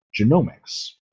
genomics